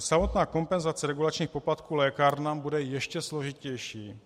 Samotná kompenzace regulačních poplatků lékárnám bude ještě složitější.